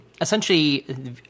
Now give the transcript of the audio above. essentially